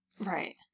Right